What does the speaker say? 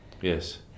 Yes